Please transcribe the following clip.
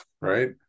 right